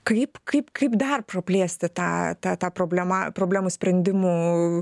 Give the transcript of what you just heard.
kaip kaip kaip dar praplėsti tą tą problemą problemųsprendimų